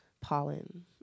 pollen